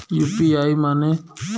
UPI माने?